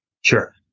Sure